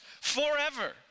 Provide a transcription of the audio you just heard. forever